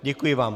Děkuji vám.